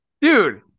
Dude